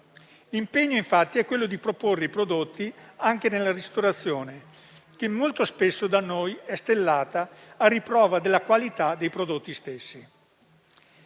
L'impegno, infatti, è quello di proporre i prodotti anche nella ristorazione, che molto spesso da noi è stellata, a riprova della loro qualità. Un altro aspetto